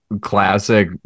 classic